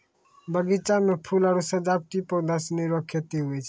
बगीचा मे फूल आरु सजावटी पौधा सनी रो खेती हुवै छै